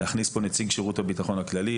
להכניס פה נציג שירות הביטחון הכללי.